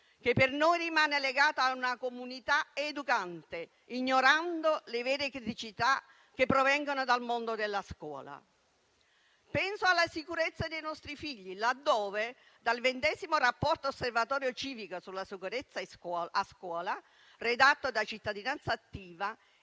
che, per noi, rimane legato a una comunità educante, ignorando le vere criticità che provengono dal mondo della scuola. Penso alla sicurezza dei nostri figli, laddove, dal ventesimo rapporto Osservatorio civico sulla sicurezza a scuola redatto da Cittadinanzattiva,